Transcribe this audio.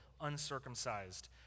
uncircumcised